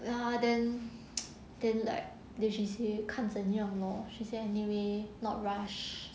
ya then then like then she say 看怎么样 lor she say anyway not rush